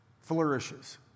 flourishes